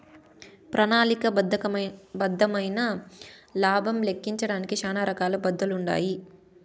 ప్రణాళిక బద్దమైన లాబం లెక్కించడానికి శానా రకాల పద్దతులుండాయి